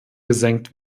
gesenkt